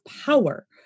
power